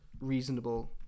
reasonable